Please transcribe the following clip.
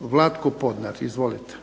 Vlatko Podnar. Izvolite.